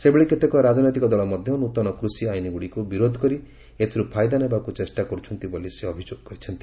ସେହିଭଳି କେତେକ ରାଜନୈତିକ ଦଳ ମଧ୍ୟ ନୃତନ କୃଷି ଆଇନ୍ଗୁଡ଼ିକୁ ବିରୋଧ କରି ଏଥିରୁ ଫାଇଦା ନେବାକୁ ଚେଷ୍ଟା କରୁଛନ୍ତି ବୋଲି ପ୍ରଧାନମନ୍ତ୍ରୀ ଅଭିଯୋଗ କରିଛନ୍ତି